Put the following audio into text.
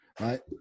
right